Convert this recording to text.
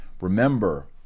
Remember